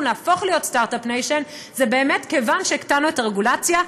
להפוך להיות startup nation היאה באמת כיוון שהקטנו את הרגולציה,